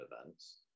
events